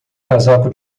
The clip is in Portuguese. casaco